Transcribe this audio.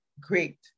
great